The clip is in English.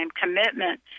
commitment